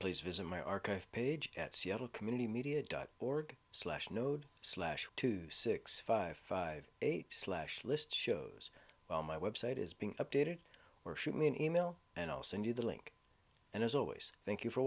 please visit my archive page at seattle community media dot org slash node slash two six five five eight slash list shows well my website is being updated or shoot me an email and i'll send you the link and as always thank you for